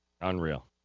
Unreal